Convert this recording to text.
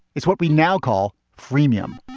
it's what we now call freemium.